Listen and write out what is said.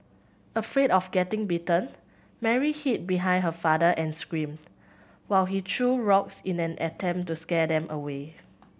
afraid of getting bitten Mary hid behind her father and screamed while he threw rocks in an attempt to scare them away